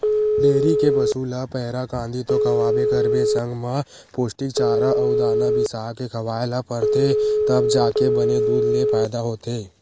dairy के पसू ल पैरा, कांदी तो खवाबे करबे संग म पोस्टिक चारा अउ दाना बिसाके खवाए ल परथे तब जाके बने दूद ले फायदा होथे